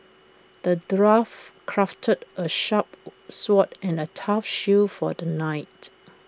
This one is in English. the dwarf crafted A sharp sword and A tough shield for the knight